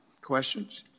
questions